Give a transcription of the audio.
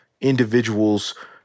individuals